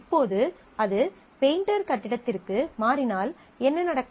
இப்போது அது பெயிண்டர் கட்டிடத்திற்கு மாறினால் என்ன நடக்கும்